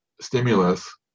stimulus